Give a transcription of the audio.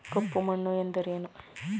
ಕಪ್ಪು ಮಣ್ಣು ಎಂದರೇನು?